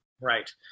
Right